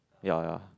ya